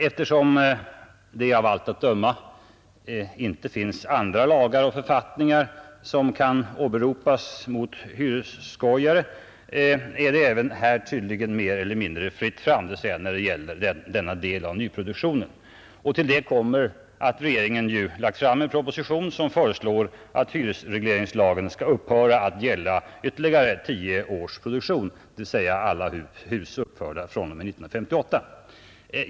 Eftersom det av allt att döma inte finns andra lagar och författningar som kan åberopas mot hyresskojare är det när det gäller denna del av nyproduktionen tydligen också mer eller mindre fritt fram. Till detta kommer att regeringen lagt fram en proposition i vilken man föreslår att hyresregleringslagen skall upphöra att gälla ytterligare tio års produktion, dvs. alla hus uppförda fr.o.m. 1958.